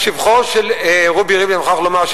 לשבחו של רובי ריבלין אני מוכרח לומר,